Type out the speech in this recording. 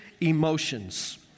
emotions